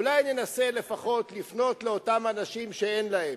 אולי ננסה לפחות לפנות לאותם אנשים שאין להם,